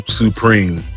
supreme